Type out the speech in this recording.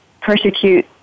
persecute